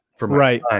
Right